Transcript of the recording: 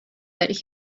that